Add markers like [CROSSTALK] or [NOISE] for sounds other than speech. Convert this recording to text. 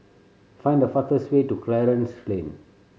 find the [UNINTELLIGIBLE] way to Clarence Lane